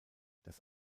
das